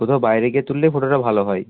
কোথাও বাইরে গিয়ে তুললে ফটোটা ভালো হয়